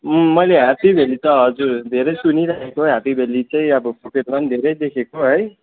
उम् मैले Happy Valley त हजुर धेरै सुनिराखेको ह्यप्पी भ्याल्ली चाहिँ अब फुटेजमा पनि धेरै देखेको है